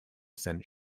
sent